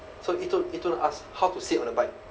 so yitun yitun ask how to sit on a bike